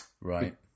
Right